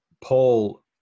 Paul